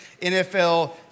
NFL